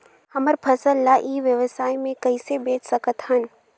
हमर फसल ल ई व्यवसाय मे कइसे बेच सकत हन?